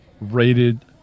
rated